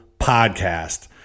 podcast